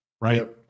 right